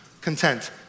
Content